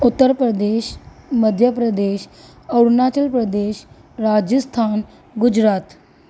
Uttar Pradesh Madhya Pradesh Arunachal Pradesh Rajasthan Gujarat